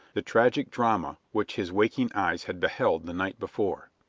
the tragic drama which his waking eyes had beheld the night before.